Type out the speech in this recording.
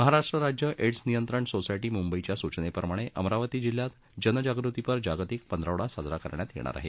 महाराष्ट्र राज्य एडस नियंत्रण सोसायटी मुंबई च्या सूचनेप्रमाणे संपूर्ण अमरावती जिल्ह्यात जनजागृतीपर जागतिक पंधरवडा साजरा करण्यात येणार आहे